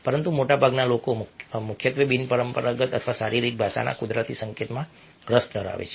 પરંતુ મોટાભાગના લોકો મુખ્યત્વે બિનપરંપરાગત અથવા શારીરિક ભાષાના કુદરતી સંકેતમાં રસ ધરાવે છે